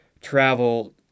travel